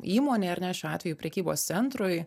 įmonei ar ne šiuo atveju prekybos centrui